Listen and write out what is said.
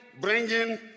bringing